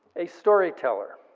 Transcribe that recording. a storyteller.